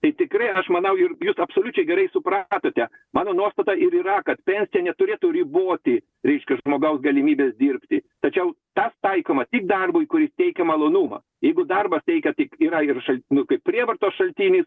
tai tikrai aš manau ir jūs absoliučiai gerai supratote mano nuostata ir yra kad pensija neturėtų riboti reiškia pagal galimybes dirbti tačiau tas taikoma tik darbui kuris teikia malonumą jeigu darbas teikia tik yra ir šal nu kaip prievartos šaltinis